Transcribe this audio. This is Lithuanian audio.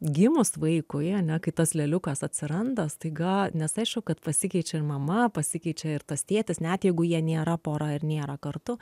gimus vaikui ane kai tas lėliukas atsiranda staiga nes aišku kad pasikeičia ir mama pasikeičia ir tas tėtis net jeigu jie nėra pora nėra kartu